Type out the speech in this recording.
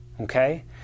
okay